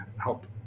help